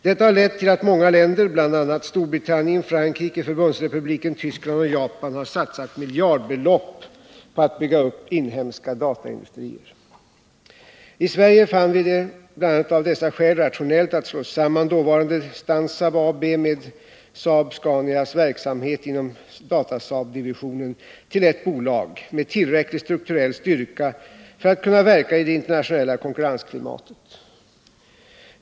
Detta har lett till att många länder, bl.a. Storbritannien, Frankrike, Förbundsrepubliken Tyskland och Japan, har satsat miljardbelopp på att bygga upp inhemska dataindustrier. I Sverige fann vi det, bl.a. av dessa skäl, rationellt att slå samman dåvarande Stansaab AB med Saab-Scanias verksamhet inom Datasaabdivisionen till ett bolag, med tillräcklig strukturell styrka för att kunna verka i det internationella konkurrensklimatet.